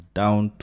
down